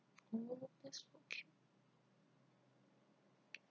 oh that's so cute